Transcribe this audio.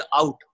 out